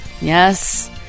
Yes